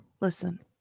Listen